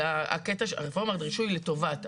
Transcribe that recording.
אבל רפורמת הרישוי לטובת.